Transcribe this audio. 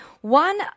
One